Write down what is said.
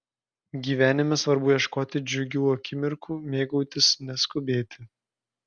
gyvenime svarbu ieškoti džiugių akimirkų mėgautis neskubėti